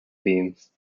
beams